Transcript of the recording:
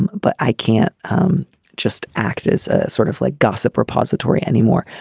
but i can't um just act as sort of like gossip repository anymore.